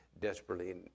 desperately